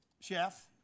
Chef